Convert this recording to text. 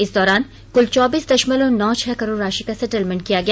इस दौरान कुल चौबीस दशमलव नौ छह करोड़ राशि का सेटलमेंट किया गया